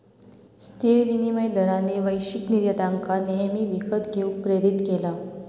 स्थिर विनिमय दरांनी वैश्विक निर्यातकांका नेहमी विकत घेऊक प्रेरीत केला